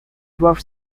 dwarf